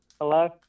Hello